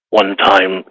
one-time